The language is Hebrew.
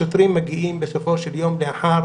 השוטרים מגיעים בסופו של יום, לאחר